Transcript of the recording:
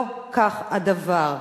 לא כך הדבר.